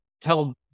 tell